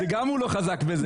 זה גם הוא לא חזק בזה.